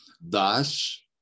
Thus